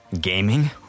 gaming